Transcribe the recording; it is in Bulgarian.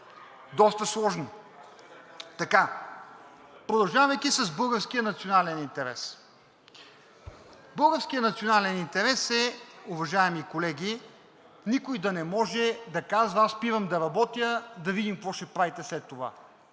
доста сложно. Продължавайки с българския национален интерес – българският национален интерес, уважаеми колеги, е никой да не може да казва: аз спирам да работя, да видим какво ще правите след това.